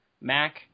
Mac